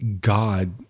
God